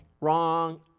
Wrong